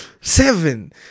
seven